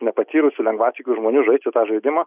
nepatyrusių lengvatikių žmonių žaisti tą žaidimą